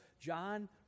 John